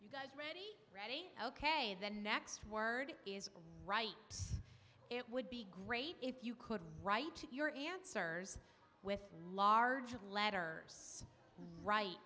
you guys ready ok the next word is right it would be great if you could write your answers with large letters right